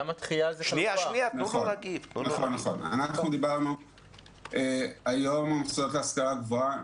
אנחנו דיברנו היום עם המוסדות להשכלה גבוהה,